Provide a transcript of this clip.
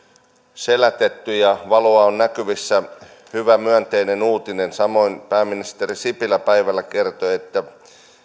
selätetty ja valoa on näkyvissä hyvä myönteinen uutinen samoin pääministeri sipilä päivällä kertoi että